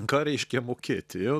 ką reiškia mokėti